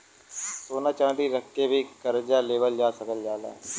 सोना चांदी रख के भी करजा लेवल जा सकल जाला